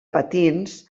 patins